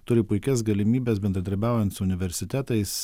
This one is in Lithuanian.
turi puikias galimybes bendradarbiaujant su universitetais